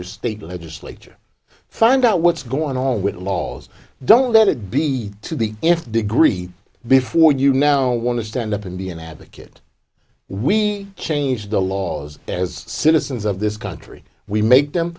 your state legislature find out what's going on with the laws don't let it be to the if degree before you now want to stand up and be an advocate we change the laws as citizens of this country we make them